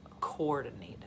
coordinated